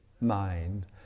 mind